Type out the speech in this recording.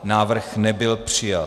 Návrh nebyl přijat.